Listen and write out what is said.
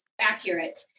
accurate